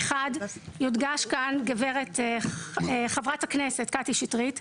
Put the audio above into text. אחד יודגש כאן גברת חברת הכנסת קטי שטרית,